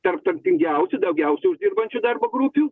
tarp turtingiausių daugiausiai uždirbančių darbo grupių